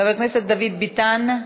חבר הכנסת דוד ביטן,